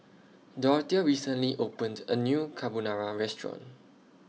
Dorthea recently opened A New Carbonara Restaurant